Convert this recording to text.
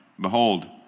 Behold